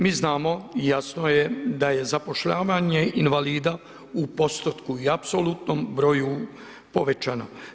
Mi znamo i jasno je da je zapošljavanje invalida u postotku i apsolutnom broju povećano.